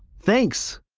thanks.